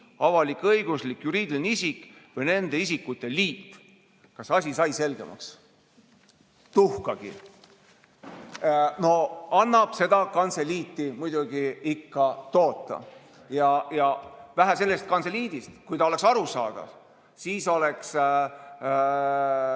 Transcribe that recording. avalik-õiguslik juriidiline isik või nende isikute liit. Kas asi sai selgemaks? Tuhkagi. No seda kantseliiti annab muidugi ikka toota. Ja vähe sellest kantseliidist – kui ta oleks arusaadav, siis, ütleme,